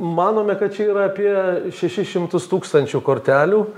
manome kad čia yra apie šešis šimtus tūkstančių kortelių